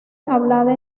hablada